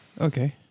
Okay